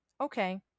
Okay